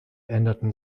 änderten